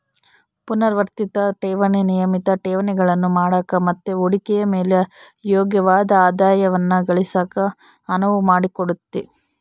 ಪುನರಾವರ್ತಿತ ಠೇವಣಿ ನಿಯಮಿತ ಠೇವಣಿಗಳನ್ನು ಮಾಡಕ ಮತ್ತೆ ಹೂಡಿಕೆಯ ಮೇಲೆ ಯೋಗ್ಯವಾದ ಆದಾಯವನ್ನ ಗಳಿಸಕ ಅನುವು ಮಾಡಿಕೊಡುತ್ತೆ